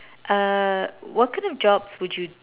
uh what kind of jobs would you